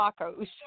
tacos